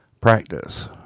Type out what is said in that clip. practice